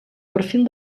perfil